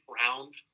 round